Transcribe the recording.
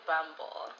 Bumble